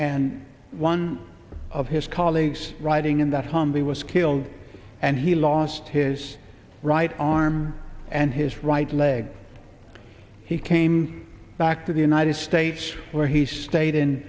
and one of his colleagues riding in that humvee was killed and he lost his right arm and his right leg he came back to the united states where he stayed in